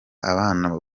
ababana